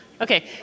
Okay